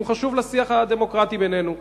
כי הוא חשוב לשיח הדמוקרטי בינינו.